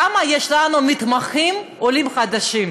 כמה עולים חדשים